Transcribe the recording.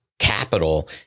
Capital